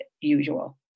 usual